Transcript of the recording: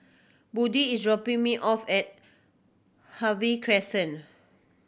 Buddie is dropping me off at Harvey Crescent